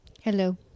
Hello